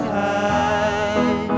high